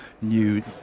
new